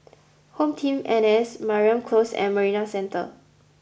Home Team N S Mariam Close and Marina Centre